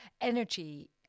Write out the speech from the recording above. energy